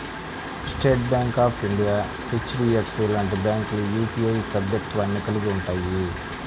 state Bank of India, HDFC లాంటి బ్యాంకులు UPI సభ్యత్వాన్ని కలిగి ఉంటయ్యి